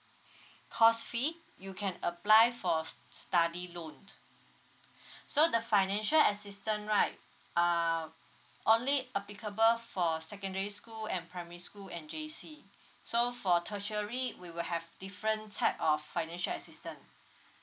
course fee you can apply for s~ study loan so the financial assistance right err only applicable for secondary school and primary school and J_C so for tertiary we will have different type of financial assistance